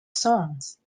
songs